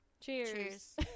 Cheers